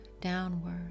downward